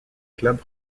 club